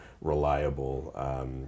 reliable